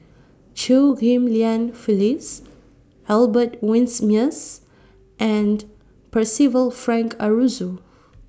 Chew Ghim Lian Phyllis Albert Winsemius and Percival Frank Aroozoo